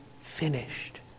finished